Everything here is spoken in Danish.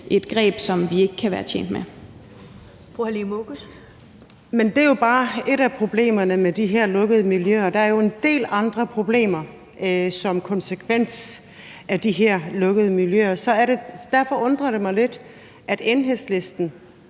Oguz. Kl. 14:57 Halime Oguz (SF): Men det er jo bare et af problemerne med de her lukkede miljøer. Der er jo en del andre problemer som konsekvens af de her lukkede miljøer. Derfor undrer det mig lidt, at Enhedslisten,